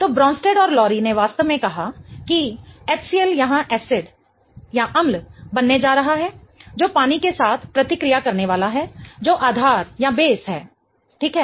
तो ब्रोंस्टेड और लोरी ने वास्तव में कहा कि HCl यहां एसिड अम्ल बनने जा रहा है जो पानी के साथ प्रतिक्रिया करने वाला है जो आधार है ठीक है